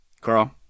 Carl